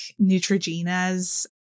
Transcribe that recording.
Neutrogena's